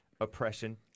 oppression